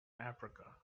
africa